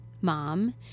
mom